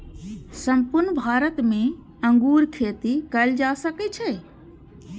संपूर्ण भारत मे अंगूर खेती कैल जा सकै छै